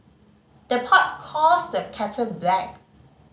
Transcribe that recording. the pot calls the kettle black